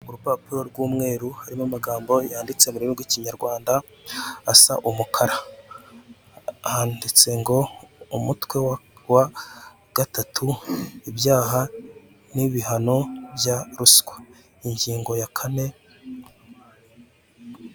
Urupapuro rw'umweru harimo amagambo yanditse murimi rw'Ikinyarwanda asa umukara. Handitse ngo: "Umutwe wa gatatu ibyaha n' ibihano bya ruswa." Ingingo ya kane...